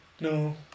No